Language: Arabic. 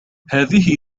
هذه